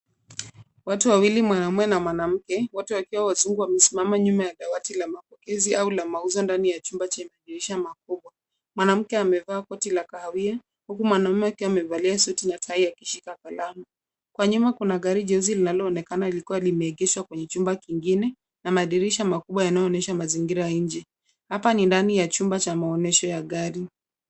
Watu wawili, mwanaume na mwanamke, wote wakiwa wazungu wamesimama nyuma ya dawati la mapokezi au la mauzo ndani ya chumba chenye madirisha makubwa. Mwanamke amevaa koti la kahawia, huku mwanaume akiwa amevalia suti na tai akishika kalamu. Kwa nyuma kuna gari jeusi linaloonekana likiwa limeegeshwa kwenye chumba kingine na madirisha makubwa yanayoonyesha mazingira ya nje. Hapa ni ndani ya chumba cha maonyesho ya gari.